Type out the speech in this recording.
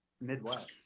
Midwest